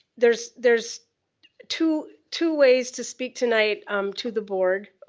there's there's two two ways to speak tonight um to the board.